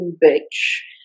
Beach